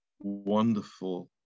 wonderful